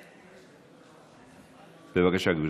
בבקשה, גברתי.